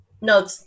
No